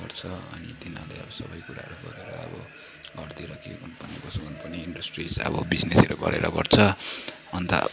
गर्छ अनि तिनीहरूले अब सबै कुराहरू गरेर अब घरतिर के गर्नुपर्ने कसो गर्नुपर्ने इन्डस्ट्रिज अब बिजनेसहरू गरेर गर्छ अन्त